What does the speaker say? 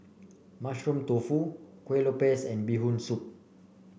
Mushroom Tofu Kueh Lopes and Bee Hoon Soup